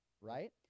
right